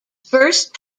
first